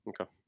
Okay